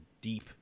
deep